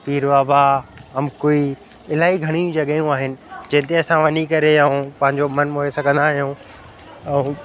पीर बाबा अम्कुई इलाही घणेई जॻहियूं आहिनि जंहिंते असां वञी करे ऐं पहिंजो मन मोहे सघंदा आहियूं ऐं